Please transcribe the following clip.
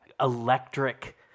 electric